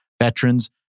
veterans